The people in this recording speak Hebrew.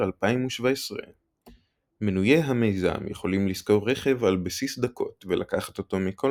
2017. מנויי המיזם יכולים לשכור רכב על בסיס דקות ולקחת אותו מכל